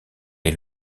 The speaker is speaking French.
est